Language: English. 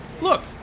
Look